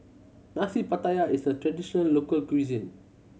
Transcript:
Nasi Pattaya is a traditional local cuisine